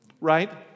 Right